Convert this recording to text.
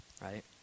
Right